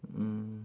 mm